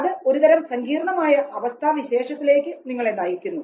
അത് ഒരുതരം സങ്കീർണമായ അവസ്ഥാവിശേഷത്തിലേക്ക് നിങ്ങളെ നയിക്കുന്നു